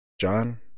John